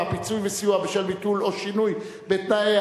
(פיצוי וסיוע בשל ביטול טיסה או שינוי בתנאיה),